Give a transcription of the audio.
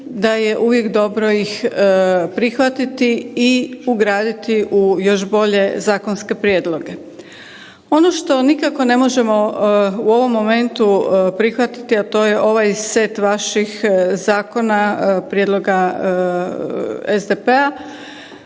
da je uvijek dobro ih prihvatiti i ugraditi u još bolje zakonske prijedloge. Ono što nikako ne možemo u ovom momentu prihvatiti, a to je ovaj set vaših zakona, prijedloga SDP-a,